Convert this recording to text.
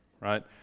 right